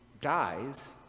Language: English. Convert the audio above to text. dies